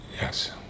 Yes